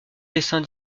dessins